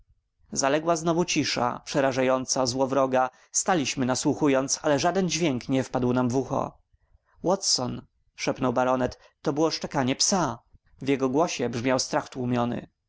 zaległa znowu cisza przerażająca złowroga staliśmy nasłuchując ale żaden dźwięk nie wpadł nam w ucho watson szepnął baronet to było szczekanie psa w jego głosie brzmiał strach tłumiony